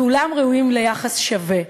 כולם ראויים ליחס שווה,